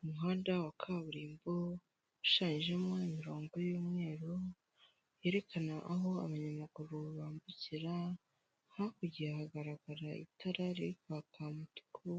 Umuhanda wa kaburimbo ushanjemo imirongo y'umweru, yerekana aho abanyamaguru bambukira, hakurya hagaragara itara riri kwaka umutuku